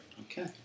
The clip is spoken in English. Okay